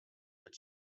but